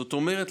זאת אומרת,